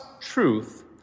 truth